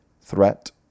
threat